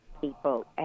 people